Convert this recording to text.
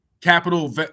capital